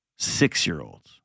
Six-year-olds